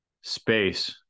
space